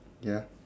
ya